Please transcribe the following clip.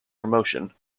promotion